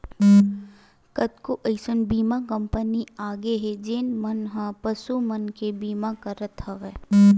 कतको अइसन बीमा कंपनी आगे हे जेन मन ह पसु मन के बीमा करत हवय